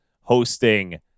hosting